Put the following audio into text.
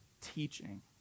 teaching